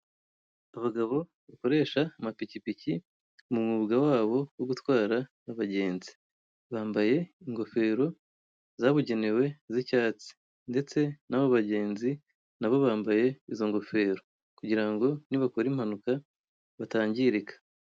Abagabo bakoresha amapikipiki mu mwuga wabo wo gutwara abagenzi, bambaye ingofero zabugenewe z'icyatsi, ndetse n'abo bagenzi nabo bambaye izo ngofero, kugira ngo nibakora impanuka batangirika.